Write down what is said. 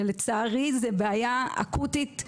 ולצערי זו בעיה אקוטית.